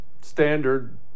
standard